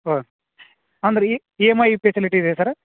ಓ ಅಂದ್ರೆ E M I facility ಇದೆಯಾ ಸರ